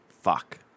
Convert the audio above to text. fuck